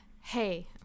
hey